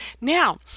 Now